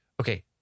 Okay